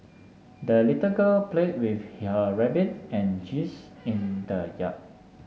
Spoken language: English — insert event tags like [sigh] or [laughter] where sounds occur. the little girl played with [unintelligible] rabbit and geese in the yard